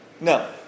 No